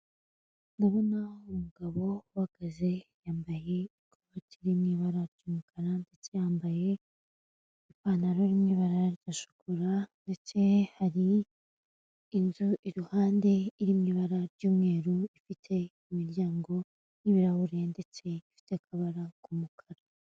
Ndabona umugabo uhagaze yambaye ikoti riri mu ibara ry'umukara ndetse yambaye ipantaro iri mu ibara rya shokora, hirya ye hari inzu iruhande iri mu ibara ry'umweru ifite imiryango n'ibirahuri ndetse ifite akabara k'umukara.